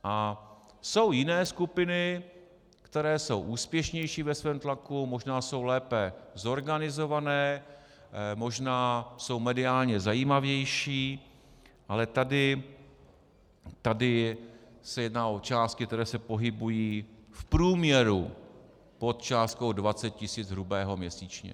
A jsou jiné skupiny, které jsou úspěšnější ve svém tlaku, možná jsou lépe zorganizované, možná jsou mediálně zajímavější, ale tady se jedná o částky, které se pohybují v průměru pod částkou 20 tis. hrubého měsíčně.